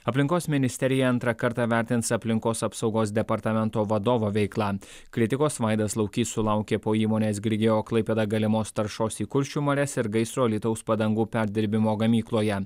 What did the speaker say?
aplinkos ministerija antrą kartą vertins aplinkos apsaugos departamento vadovo veiklą kritikos vaidas laukys sulaukė po įmonės grigeo klaipėda galimos taršos į kuršių marias ir gaisro alytaus padangų perdirbimo gamykloje